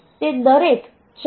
તેથી તે દરેક 4KB છે